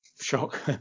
Shock